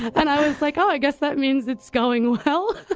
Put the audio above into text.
and i was like, oh, i guess that means it's going well